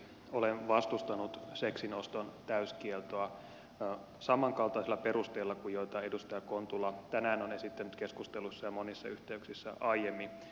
olen vastustanut seksin oston täyskieltoa samankaltaisilla perusteilla kuin joita edustaja kontula tänään on esittänyt keskustelussa ja monissa yhteyksissä aiemmin